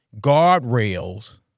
guardrails